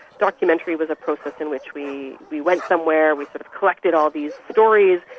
documentary was a process in which we we went somewhere, we sort of collected all these stories,